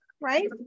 right